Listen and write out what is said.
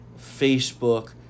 Facebook